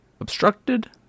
obstructed